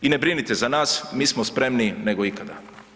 I ne brinite za nas, mi smo spremniji nego ikada.